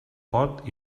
pot